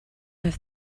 have